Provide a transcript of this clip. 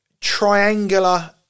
triangular